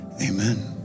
amen